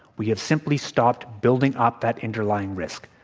we have simply stopped building up that interlaying risk.